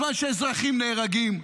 בזמן שאזרחים נהרגים,